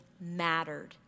mattered